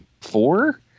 four